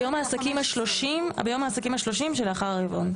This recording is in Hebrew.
ביום העסקים ה-30 שלאחר הרבעון.